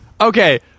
Okay